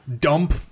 dump